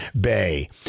Bay